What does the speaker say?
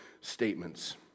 statements